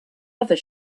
other